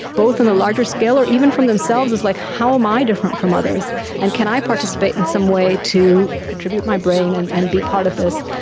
both on a larger scale or even from themselves as like how am i different from others and can i participate in some way to contribute my brain and and be part of this.